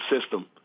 system